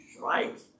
right